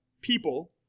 people